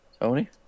Tony